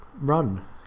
run